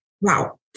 Wow